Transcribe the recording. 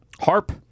Harp